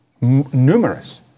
numerous